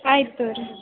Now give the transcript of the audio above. ಆಯ್ತು ತಗೋರಿ